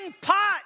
pot